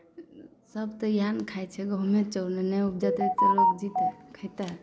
सब तऽ इएह ने खाइ छै गहुमे चाउर ने नहि उपजेतै तऽ लोक जितै खेतै